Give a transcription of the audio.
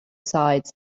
sides